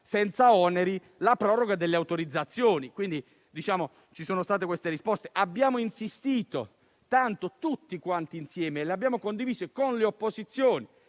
senza oneri, la proroga delle autorizzazioni. Ci sono state queste risposte. Abbiamo insistito tanto, tutti insieme, e abbiamo condiviso con le opposizioni